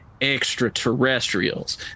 extraterrestrials